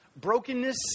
brokenness